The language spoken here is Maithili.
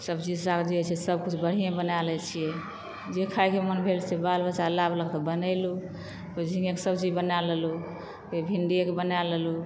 सब्जी साग जे छै सब किछु बढ़िऑं बना लै छियै जे खायके मोन भेल से बाल बच्चा आनलक तब बनेलहुॅं झींगे के सब्जी बना लेलहुॅं फेर भिंड़िए के बना लेलहुॅं